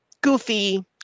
Goofy